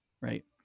right